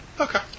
okay